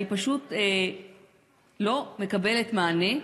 אני פשוט לא מקבלת מענה.